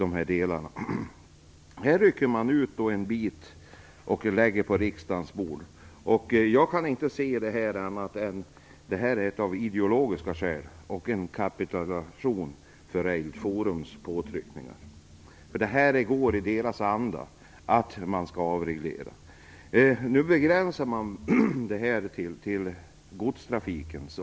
Här rycker man ut en bit och lägger fram ett förslag. Jag kan inte se annat än att man gör det av ideologiska skäl. Det är en kapitulation för Rail Forums påtryckningar. Det går i dess anda: man skall avreglera. Nu begränsas detta till att bara gälla godstrafikområdet.